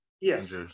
Yes